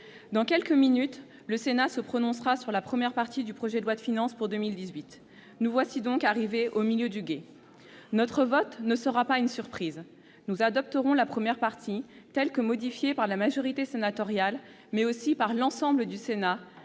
dans quelques minutes, le Sénat se prononcera sur la première partie du projet de loi de finances pour 2018. Nous voici donc arrivés au milieu du gué. Notre vote ne sera pas une surprise : nous adopterons la première partie telle que modifiée par la majorité sénatoriale, mais aussi par l'ensemble du Sénat,